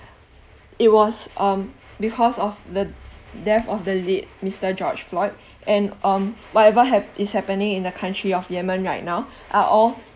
it was um because of the death of the late mister george floyd and um whatever hap~ is happening in the country of yemen right now are all